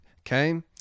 Okay